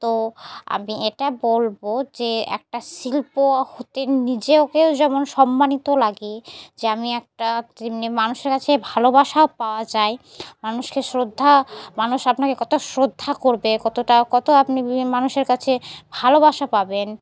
তো আমি এটা বলব যে একটা শিল্প হতে নিজেকেও যেমন সম্মানিত লাগে যে আমি একটা তেমন মানুষের কাছে ভালোবাসাও পাওয়া যায় মানুষকে শ্রদ্ধা মানুষ আপনাকে কত শ্রদ্ধা করবে কতটা কত আপনি বি মানুষের কাছে ভালোবাসা পাবেন